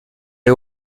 est